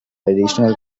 additional